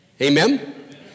amen